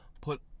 Put